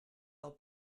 del